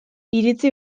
iritsi